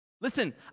Listen